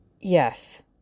Yes